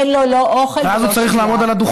אין לו לא אוכל ולא שתייה.